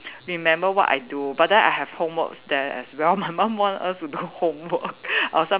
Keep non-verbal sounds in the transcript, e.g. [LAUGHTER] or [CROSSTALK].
remember what I do but then I have homeworks there as well my mum want us to do homework [LAUGHS] or